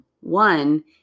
One